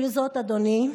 עם זאת, אדוני,